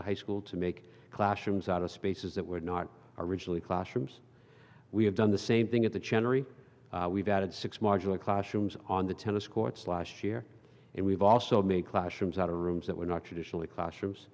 the high school to make classrooms out of spaces that were not originally classrooms we have done the same thing at the general we've added six marginal classrooms on the tennis courts last year and we've also made classrooms out of rooms that were not traditionally classrooms